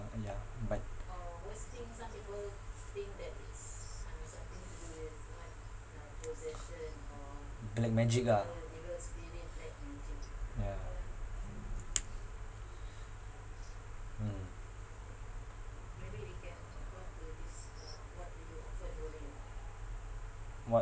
ah ya black magic ah yeah mm what